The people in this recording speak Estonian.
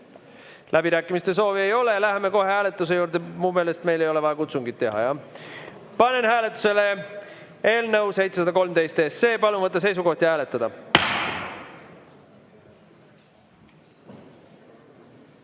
Läbirääkimiste soovi ei ole. Läheme kohe hääletuse juurde. Minu meelest ei ole meil vaja kutsungit teha. Jah. Panen hääletusele eelnõu 713. Palun võtta seisukoht ja hääletada!